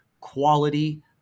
quality